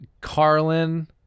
Carlin